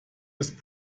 ist